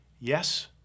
Yes